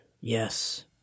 Yes